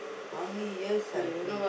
how many years I've been